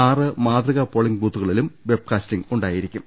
ആറ് മാതൃകാ പോളിംഗ് ബൂത്തുകളിലും വെബ്കാ സ്റ്റിംഗ് ഉണ്ടായിരിക്കും